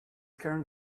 current